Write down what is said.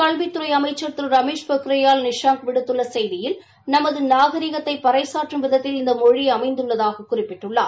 கல்வித்துறை அமைச்சர் திரு ரமேஷ் பொகியால் விடுத்துள்ள செய்தயில் நமது நாகரீகத்தை பறைசாற்றும் விதத்தில் இந்த மொழி அமைந்துள்ளதாகக் குறிப்பிட்டுள்ளார்